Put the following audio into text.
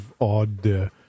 Odd